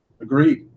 Agreed